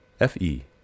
F-E